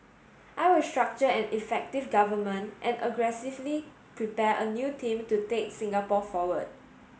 I will structure an effective government and aggressively prepare a new team to take Singapore forward